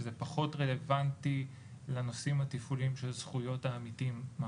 שזה פחות רלוונטי לנושאים התפעוליים של זכויות העמיתים.